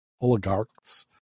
oligarchs